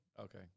okay